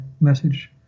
message